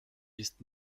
ist